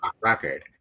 record